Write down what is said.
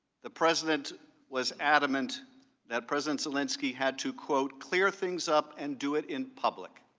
the president was adamant that president zelensky had to quote, clear things up and do it in public.